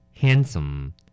handsome